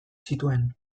zituen